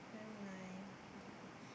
never mind